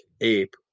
Ape